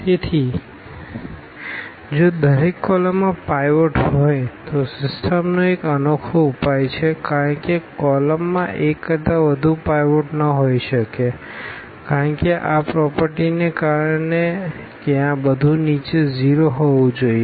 તેથી જો દરેક કોલમમાં પાઈવોટ હોય તો સિસ્ટમનો એક અનોખો ઉપાય છે કારણ કે કોલમમાં એક કરતાં વધુ પાઈવોટ ન હોઈ શકે કારણ કે આ પ્રોપરટીને કારણે કે આ બધું નીચે 0 હોવું જોઈએ